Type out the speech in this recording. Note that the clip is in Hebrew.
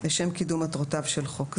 לשם קידום מטרותיו של חוק זה,